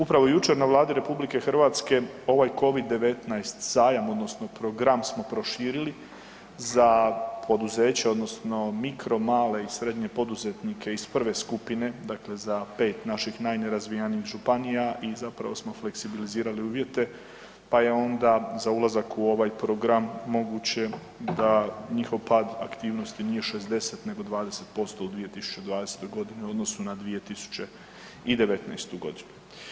Upravo jučer na Vladi RH ovaj Covid-19 zajam odnosno program smo proširili za poduzeća odnosno mikro, male i srednje poduzetnike iz prve skupine, dakle za 5 naših najnerazvijenijih županija i zapravo smo fleksibilizirali uvjete pa je onda za ulazak u ovaj program moguće da njihov pad aktivnosti nije 60 nego 20% u 2020. g. u odnosu na 2019. godinu.